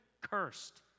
cursed